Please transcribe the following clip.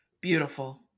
Beautiful